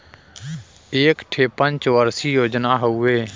एक ठे पंच वर्षीय योजना हउवे